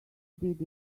did